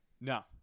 No